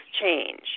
change